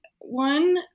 one